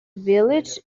village